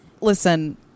listen